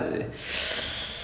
what